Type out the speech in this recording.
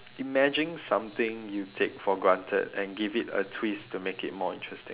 imagine something you take for granted and give it a twist to make it more interesting